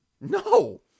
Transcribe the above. No